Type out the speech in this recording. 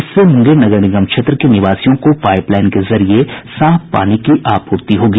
इससे मुंगेर नगर निगम क्षेत्र के निवासियों को पाइपलाइन के जरिये साफ पानी की आपूर्ति होगी